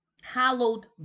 Hallowed